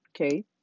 Okay